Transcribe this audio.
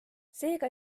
seega